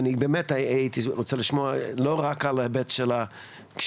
באמת הייתי רוצה לשמוע לא רק על ההיבט כשיש